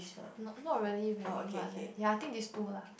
not not really very what leh ya I think these two lah